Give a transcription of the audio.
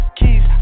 keys